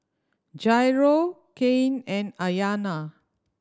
Jairo Cain and Ayana